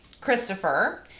Christopher